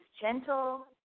gentle